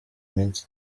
minsi